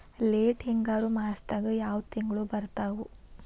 Late ಹಿಂಗಾರು ಮಾಸದಾಗ ಯಾವ್ ತಿಂಗ್ಳು ಬರ್ತಾವು?